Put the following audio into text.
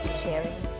sharing